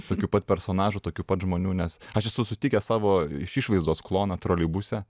tokių pat personažų tokių pat žmonių nes aš esu sutikęs savo iš išvaizdos kloną troleibuse